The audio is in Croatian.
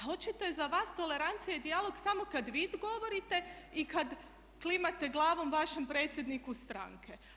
A očito je za vas tolerancija i dijalog samo kad vi govorite i kad klimate glavom vašem predsjedniku stranke.